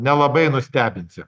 nelabai nustebinsi